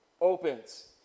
opens